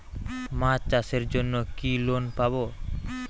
মাছ চাষের জন্য কি লোন পাব?